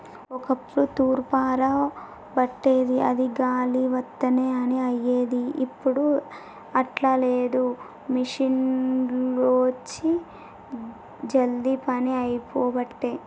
ఒక్కప్పుడు తూర్పార బట్టేది అది గాలి వత్తనే పని అయ్యేది, ఇప్పుడు అట్లా లేదు మిషిండ్లొచ్చి జల్దీ పని అయిపోబట్టే